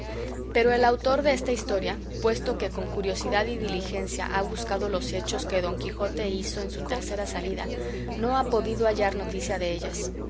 pero el autor desta historia puesto que con curiosidad y diligencia ha buscado los hechos que don quijote hizo en su tercera salida no ha podido hallar noticia de ellas